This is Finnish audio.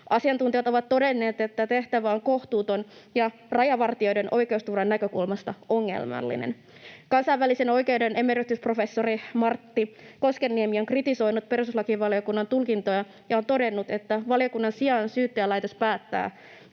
Asiantuntijat ovat todenneet, että tehtävä on kohtuuton ja rajavartijoiden oikeusturvan näkökulmasta ongelmallinen. Kansainvälisen oikeuden emeritusprofessori Martti Koskenniemi on kritisoinut perustuslakivaliokunnan tulkintoja ja on todennut, että valiokunnan sijaan Syyttäjälaitos päättää,